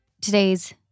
today's